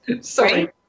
Sorry